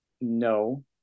No